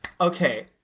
Okay